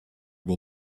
will